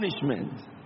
punishment